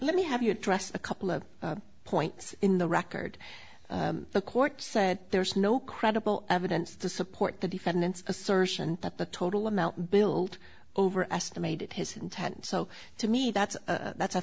let me have you address a couple of points in the record the court said there's no credible evidence to support the defendant's assertion that the total amount built over estimated his intent so to me that's that's a